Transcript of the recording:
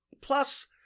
Plus